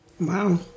Wow